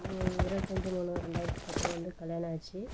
இருபத்தஞ்சு மூணு ரெண்டாயிரத்தி பத்தில் வந்து கல்யாணம் ஆச்சு